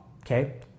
Okay